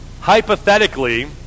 hypothetically